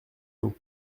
nous